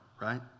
right